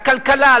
לכלכלה,